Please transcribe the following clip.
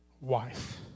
wife